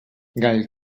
gall